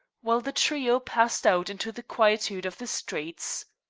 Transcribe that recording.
while the trio passed out into the quietude of the streets.